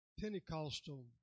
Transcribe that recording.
Pentecostal